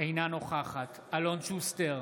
אינה נוכחת אלון שוסטר,